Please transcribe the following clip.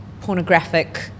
pornographic